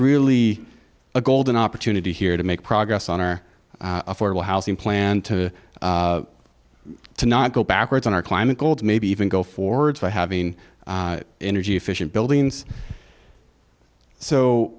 really a golden opportunity here to make progress on our affordable housing plan to to not go backwards on our climate gold maybe even go forward by having energy efficient buildings so